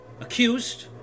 accused